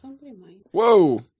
Whoa